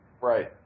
Right